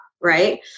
right